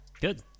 good